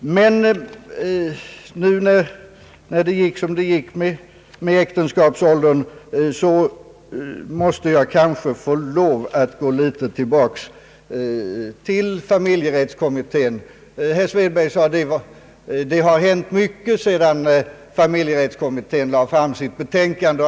Nu när det gick som det gick med äktenskapsåldern måste jag få lov att gå tillbaka till familjerättskommittén. Herr Svedberg sade att det har hänt mycket sedan = familjerättskommittén blev färdig.